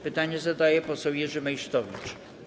Pytanie zadaje poseł Jerzy Meysztowicz.